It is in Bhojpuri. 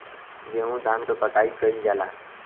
गेंहू धान क कटाई कइल जाला